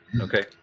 Okay